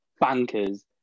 bankers